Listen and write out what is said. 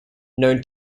known